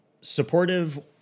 supportive